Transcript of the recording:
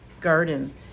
garden